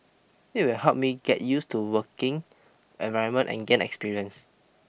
it will help me get used to working environment and gain experience